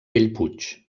bellpuig